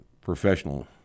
professional